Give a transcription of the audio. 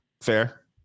Fair